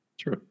True